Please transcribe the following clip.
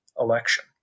election